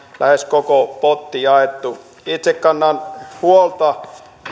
lähes koko potti jaettu itse kannan huolta